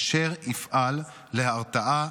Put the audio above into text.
אשר יפעל להרתעה,